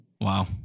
wow